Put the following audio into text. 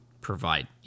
provide